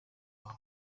wawe